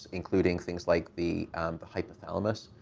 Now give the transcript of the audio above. including things like the hypothalamus,